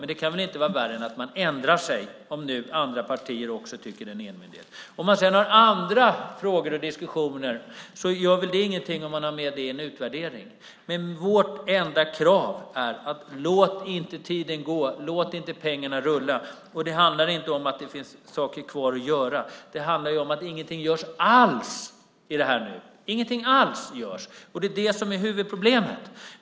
Men det kan väl inte vara värre än att man ändrar sig om nu andra partier också tycker att det ska vara en enmyndighet. Om man sedan har andra frågor och diskussioner gör väl det ingenting om man har med det i en utvärdering. Vi har ett enda krav. Låt inte tiden gå! Låt inte pengarna rulla! Det handlar inte om att saker finns kvar att göra, utan det handlar om att ingenting alls görs i detta avseende. Det är det som är huvudproblemet.